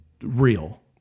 real